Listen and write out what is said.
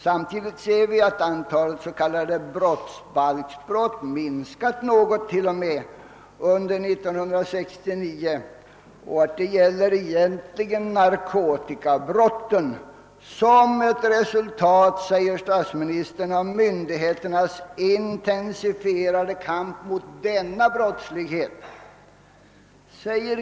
Samtidigt ser vi att antalet s.k. brottsbalksbrott har minskat något under 1969 — ett resultat i stort sett, säger statsministern, av myndigheternas intensifierade kamp mot narkotikabrottsligheten.